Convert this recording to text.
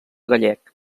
gallec